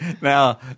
Now